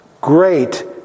Great